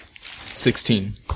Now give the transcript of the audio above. Sixteen